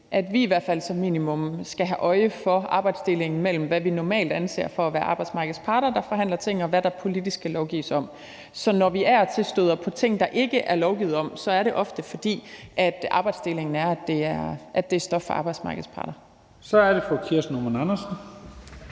at vi i hvert fald som minimum skal have øje for arbejdsdelingen mellem, hvad vi normalt anser for at være arbejdsmarkedets parter, der forhandler ting, og hvad der politisk skal lovgives om. Så når vi af og til støder på ting, der ikke er lovgivet om, er det ofte, fordi arbejdsdelingen er, at det er stof for arbejdsmarkedets parter. Kl. 12:47 Første næstformand